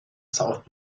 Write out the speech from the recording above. south